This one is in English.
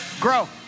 Grow